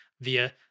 via